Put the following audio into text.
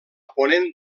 ponent